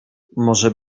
może